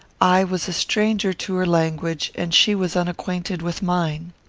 i was a stranger to her language, and she was unacquainted with mine.